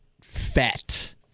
fat